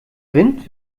wind